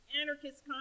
anarchist